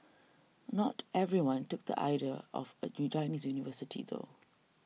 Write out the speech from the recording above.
not everyone took the idea of a Chinese university though